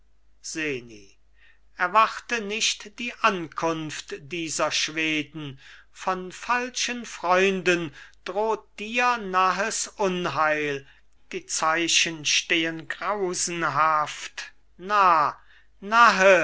seni erwarte nicht die ankunft dieser schweden von falschen freunden droht dir nahes unheil die zeichen stehen grausenhaft nah nahe